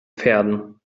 pferden